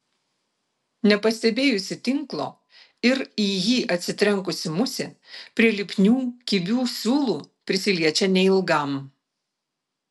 nepastebėjusi tinklo ir į jį atsitrenkusi musė prie lipnių kibių siūlų prisiliečia neilgam